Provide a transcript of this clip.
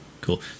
cool